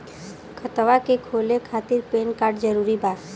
खतवा के खोले खातिर पेन कार्ड जरूरी बा?